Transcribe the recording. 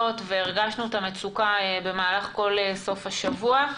והרגשנו את המצוקה במהלך כל סוף השבוע,